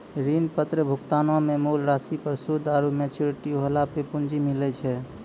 ऋण पत्र भुगतानो मे मूल राशि पर सूद आरु मेच्योरिटी होला पे पूंजी मिलै छै